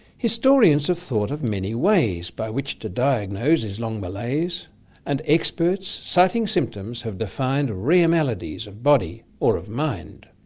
historians have thought of many ways by which to diagnose his long malaise and experts, citing symptoms, have defined rare maladies of body or of mind.